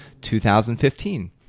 2015